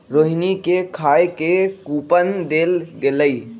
रोहिणी के खाए के कूपन देल गेलई